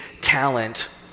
talent